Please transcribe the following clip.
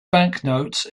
banknotes